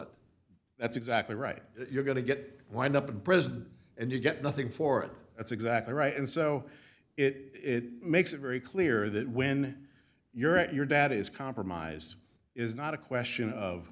it that's exactly right you're going to get wind up in prison and you get nothing for that's exactly right and so it makes it very clear that when you're at your dad is compromise is not a question of